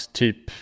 typ